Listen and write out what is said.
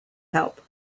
help